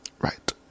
right